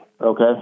okay